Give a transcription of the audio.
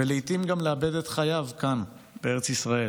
ולעיתים גם לאבד את חייך כאן בארץ ישראל.